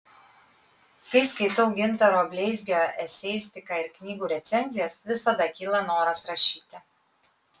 kai skaitau gintaro bleizgio eseistiką ar knygų recenzijas visada kyla noras rašyti